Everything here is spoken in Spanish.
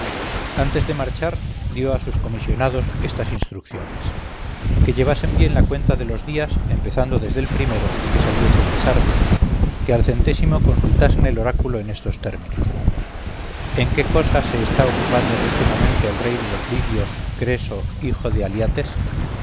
antes de marchar dio a sus comisionados estas instrucciones que contasen bien los días desde que saliesen de sardes y a los días consultasen el oráculo en estos términos en qué se está ocupando en este momento el rey de los lidios creso hijo de aliates